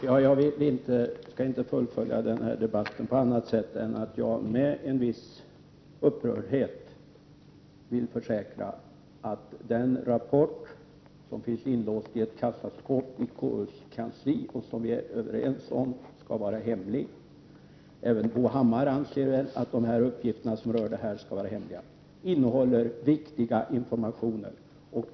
Fru talman! Jag vill inte fullfölja den här debatten på annat sätt än att med en viss upprördhet försäkra att den rapport som finns inlåst i ett kassaskåp på KUs kansli, och som vi är överens om skall vara hemlig — även Bo Hammar anser väl att dessa uppgifter skall vara hemliga — innehåller viktiga infor mationer.